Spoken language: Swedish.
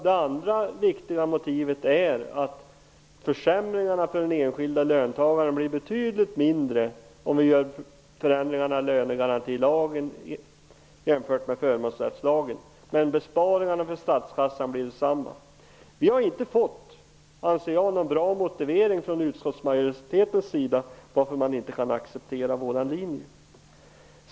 Det andra viktiga motivet är att försämringarna för den enskilde löntagaren blir betydligt mindre om förändringarna görs i lönegarantilagen i stället för förmånsrättslagen. Besparingarna för statskassan blir densamma. Vi har inte fått någon bra motivering från utskottsmajoriteten för varför vår linje inte kan accepteras.